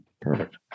Perfect